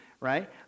right